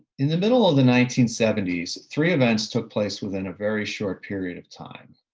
in the middle of the nineteen seventy s three events took place within a very short period of time,